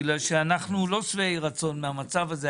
בגלל שאנחנו לא שבעי רצון מהמצב הזה.